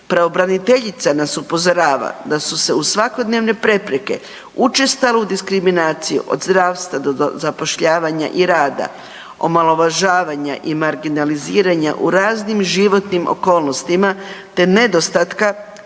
Pravobraniteljica nas upozorava da su se uz svakodnevne prepreke, učestalu diskriminaciju od zdravstva do zapošljavanja i rada, omalovažavanja i marginaliziranja u raznim životnim okolnostima, te nedostatka podrške